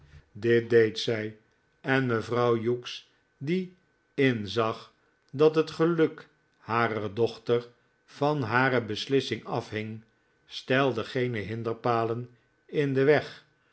dit deed zij en mevrouw hughes die inzag dat het geluk harer dochter van hare beslissing afhing stelde geene hinderpalen in den weg